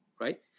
right